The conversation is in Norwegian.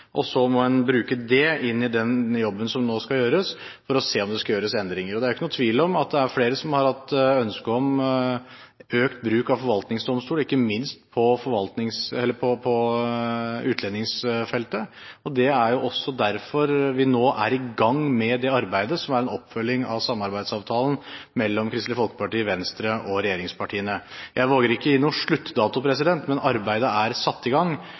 Så må en bruke det inn i den jobben som nå skal gjøres, for å se om det skal gjøres endringer. Det er jo ikke noe tvil om at det er flere som har hatt ønske om økt bruk av forvaltningsdomstol, ikke minst på utlendingsfeltet, og det er derfor vi nå er i gang med det arbeidet som er en oppfølging av samarbeidsavtalen mellom Kristelig Folkeparti, Venstre og regjeringspartiene. Jeg våger ikke å gi noe sluttdato, men arbeidet er satt i gang.